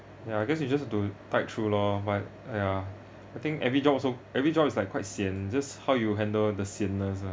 ya because you just don't tide through lor but !aiya! I think every job also every job is like quite sian just how you handle the sianness ah